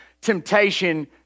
temptation